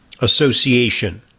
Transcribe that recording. association